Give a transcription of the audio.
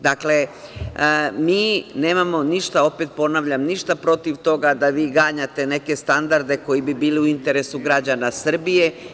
Dakle, mi nemamo ništa, opet ponavljam, protiv toga da vi ganjate neke standarde koji bi bili u interesu građana Srbije.